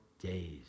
days